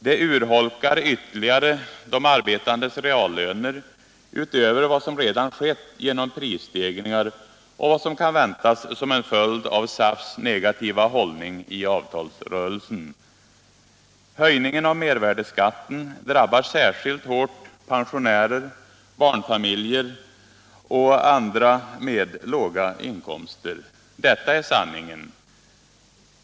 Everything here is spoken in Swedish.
Det urholkar ytterligare de arbetandes reallöner, utöver vad som redan skett genom prisstegringar och vad som kan väntas bli en följd av SAF:s negativa hållning i avtalsrörelsen. Höjningen av mervärdeskatten drabbar särskilt hårt pensionärer, barnfamiljer och låginkomsttagare. Detta är sanningen.